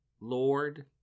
Lord